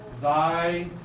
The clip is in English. thy